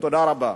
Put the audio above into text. תודה רבה.